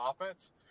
offense